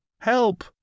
help